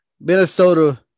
Minnesota